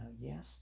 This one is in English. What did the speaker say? yes